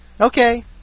Okay